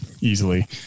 easily